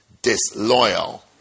disloyal